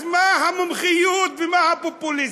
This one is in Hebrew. אז מה המומחיות ומה הפופוליזם?